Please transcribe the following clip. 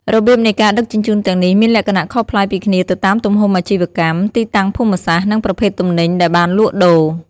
របៀបនៃការដឹកជញ្ជូនទាំងនេះមានលក្ខណៈខុសប្លែកពីគ្នាទៅតាមទំហំអាជីវកម្ម ទីតាំងភូមិសាស្ត្រ និងប្រភេទទំនិញដែលបានលក់ដូរ។